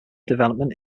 development